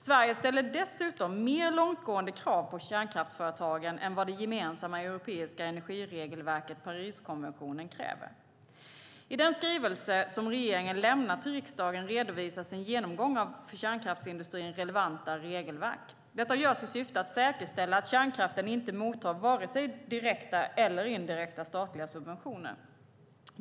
Sverige ställer dessutom mer långtgående krav på kärnkraftsföretagen än vad det gemensamma europeiska energiregelverket, Pariskonventionen, kräver. I den skrivelse som regeringen lämnat till riksdagen redovisas en genomgång av för kärnkraftsindustrin relevanta regelverk. Detta görs i syfte att säkerställa att kärnkraften inte mottar vare sig direkta eller indirekta statliga subventioner.